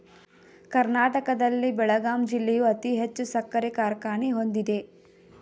ಕರ್ನಾಟಕದಲ್ಲಿ ಬೆಳಗಾಂ ಜಿಲ್ಲೆಯು ಅತಿ ಹೆಚ್ಚು ಸಕ್ಕರೆ ಕಾರ್ಖಾನೆ ಹೊಂದಿದೆ